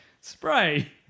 spray